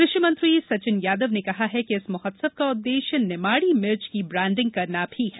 कृषि मंत्री सचिन यादव ने कहा है कि इस महोत्सव का उद्देश्य निमाड़ी मिर्च की ब्रान्डिंग करना भी है